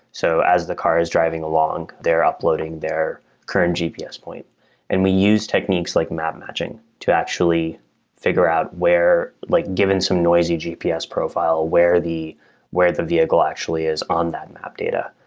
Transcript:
so as the car is driving along, they're uploading their current gps point and we use techniques like map matching to actually figure out where like given some noisy gps profile, where the where the vehicle actually is on that map data.